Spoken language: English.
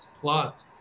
plot